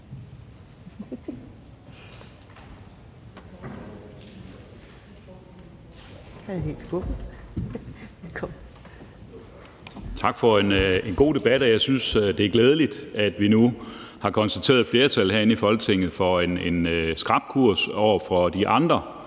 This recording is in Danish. Tak for en god debat. Jeg synes, det er glædeligt, at vi nu har konstateret, at der herinde i Folketinget er et flertal for en skrap kurs over for de andre